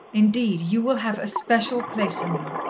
indeed, you will have a special place in them,